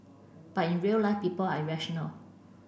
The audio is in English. but in real life people are irrational